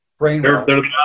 brainwashed